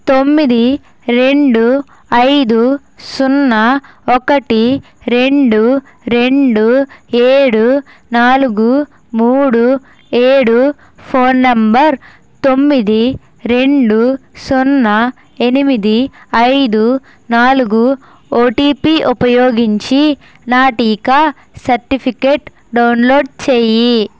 తొమ్మిది రెండు ఐదు సున్నా ఒక్కటి రెండు రెండు ఏడు నాలుగు మూడు ఏడు ఫోన్ నెంబర్ తొమ్మిది రెండు సున్నా ఎనిమిది ఐదు నాలుగు ఓటీపీ ఉపయోగించి నా టీకా సర్టిఫికెట్ డౌన్లోడ్ చేయి